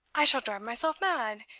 i shall drive myself mad,